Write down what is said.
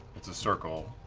it's a circle,